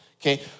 Okay